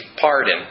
pardon